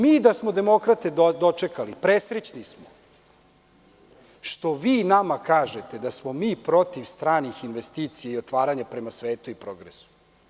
Mi da smo demokrate dočekali, presrećni smo što vi nama kažete da smo mi protiv stranih investicija i otvaranja prema svetu i progresu.